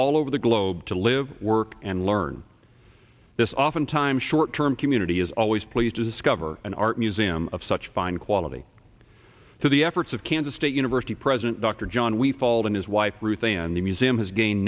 all over the globe to live work and learn this oftentimes short term community is always pleased to discover an art museum of such fine quality to the efforts of kansas state university president dr john we called him his wife ruth and the museum has gain